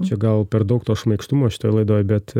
čia gal per daug to šmaikštumo šitoj laidoj bet